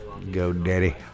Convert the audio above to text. GoDaddy